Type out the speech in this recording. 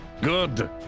Good